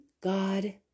God